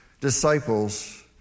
disciples